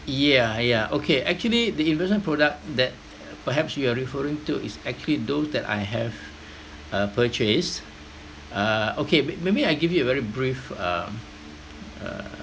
yeah yeah okay actually the investment product that perhaps you are referring to is actually those that I have uh purchased uh okay may~ maybe I give you a very brief um uh